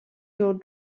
your